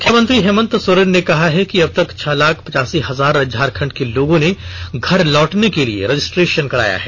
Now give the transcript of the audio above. मुख्यमंत्री हेमंत सोरेन ने कहा है कि अब तक छह लाख पचासी हजार झारखंड के लोगों ने घर लौटने के लिए रजिस्ट्रेषन कराया है